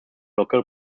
local